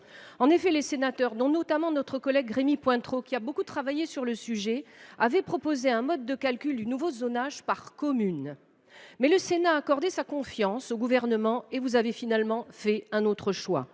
En effet, les sénateurs – dont notamment notre collègue, Rémy Pointereau, qui a beaucoup travaillé sur ce sujet – avaient proposé un mode de calcul du nouveau zonage par commune. Mais le Sénat a accordé sa confiance au Gouvernement et vous avez finalement fait un autre choix.